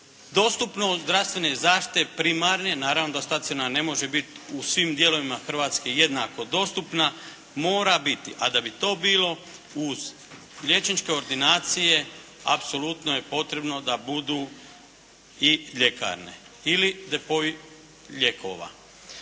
dostupnost zdravstvene zaštite, primarne, naravno da staciona ne može biti u svim dijelovima Hrvatske jednako dostupna, mora biti, a da bi to bilo uz liječničke ordinacije apsolutno je potrebno da budu i ljekarne ili …/Govornik